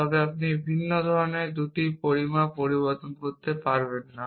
তবে আপনি ভিন্ন ধরণের 2টি পরিমাপ পরিবর্তন করতে পারবেন না